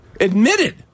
admitted